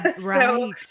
Right